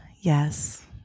Yes